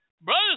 Brothers